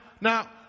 now